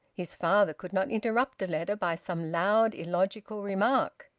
his father could not interrupt a letter by some loud illogical remark.